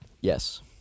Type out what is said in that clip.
Yes